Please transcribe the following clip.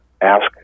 ask